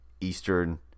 eastern